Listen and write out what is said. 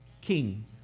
king